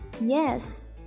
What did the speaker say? yes